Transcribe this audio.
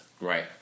Right